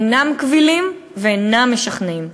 אינם קבילים ואינם משכנעים.